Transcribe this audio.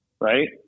right